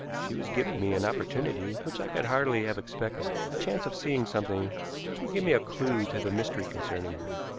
she was giving me an opportunity which i could hardly have expected, a chance of seeing something which would give me a clew to the mystery concerning her.